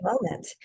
moment